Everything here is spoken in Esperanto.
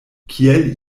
kiel